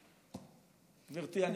אתה כבר חרגת מעל לדקה.